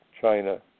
China